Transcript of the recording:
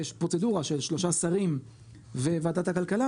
יש פרוצדורה של שלושה שרים וועדת הכלכלה